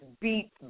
beat